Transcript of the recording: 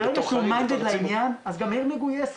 --- ברגע שהוא מחויב לעניין אז גם העיר מגויסת.